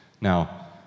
Now